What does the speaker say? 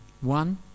one